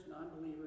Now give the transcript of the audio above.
non-believers